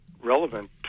relevant